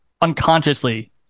unconsciously